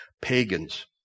pagans